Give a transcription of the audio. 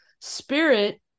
spirit